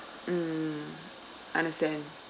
mm understand